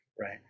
right